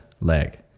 leg